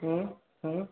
ହୁଁ ହୁଁ